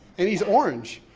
and he's orange.